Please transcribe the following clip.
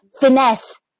finesse